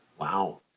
Wow